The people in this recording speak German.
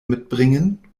mitbringen